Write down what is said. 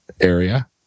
area